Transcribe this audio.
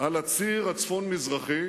על הציר הצפון-מזרחי